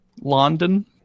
London